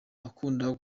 akunda